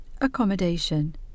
Accommodation